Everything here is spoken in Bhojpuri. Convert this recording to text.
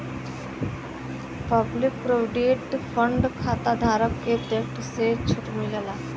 पब्लिक प्रोविडेंट फण्ड खाताधारक के टैक्स में छूट मिलला